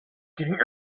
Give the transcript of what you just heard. getting